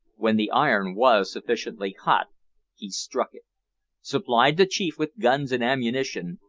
when the iron was sufficiently hot he struck it supplied the chief with guns and ammunition,